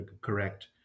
correct